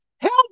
Help